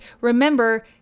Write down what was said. remember